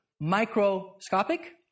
Microscopic